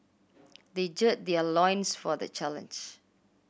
they gird their loins for the challenge